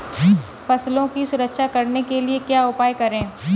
फसलों की सुरक्षा करने के लिए क्या उपाय करें?